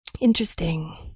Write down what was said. Interesting